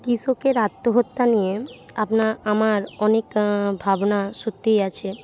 কৃষকের আত্মহত্যা নিয়ে আপনার আমার অনেক ভাবনা সত্যিই আছে